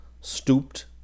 stooped